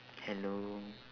hello